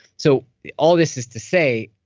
so all this is to say,